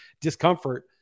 discomfort